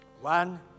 One